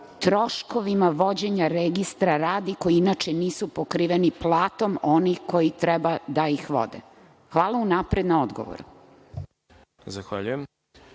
troškovima vođenja registra radi koji inače nisu pokriveni platom onih koji treba da ih vode? Hvala unapred na odgovoru.